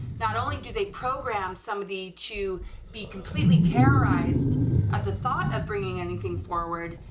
not only do they program somebody to be completely terrorized at the thought of bringing anything forward,